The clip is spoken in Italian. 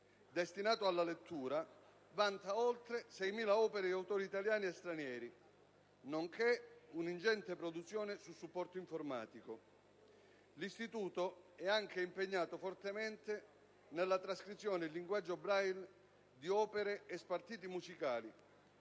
destinato alla lettura vanta oltre 6.000 opere di autori italiani e stranieri, nonché un'ingente produzione su supporto informatico. L'istituto è anche impegnato fortemente nella trascrizione in linguaggio Braille di opere e di spartiti musicali,